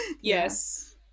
Yes